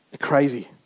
Crazy